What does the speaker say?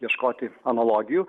ieškoti analogijų